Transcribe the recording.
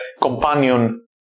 companion